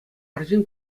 арҫын